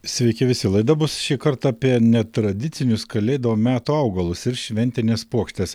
sveiki visi laida bus šįkart apie netradicinius kalėdų meto augalus ir šventines puokštes